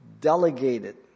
delegated